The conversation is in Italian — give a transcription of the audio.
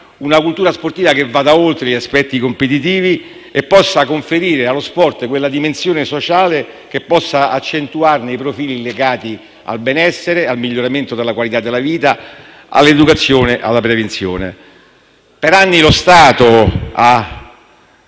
gradi, che vada oltre gli aspetti competitivi e possa conferire allo sport una dimensione sociale e accentuarne i profili legati al benessere, al miglioramento della qualità della vita, all'educazione e alla prevenzione. Per anni lo Stato,